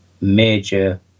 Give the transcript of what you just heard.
major